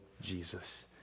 Jesus